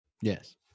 yes